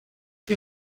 wir